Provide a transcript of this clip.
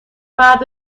مرد